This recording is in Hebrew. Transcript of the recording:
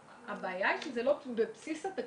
הבעיה היא שזה לא בבסיס התקציב.